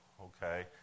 Okay